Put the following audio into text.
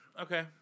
Okay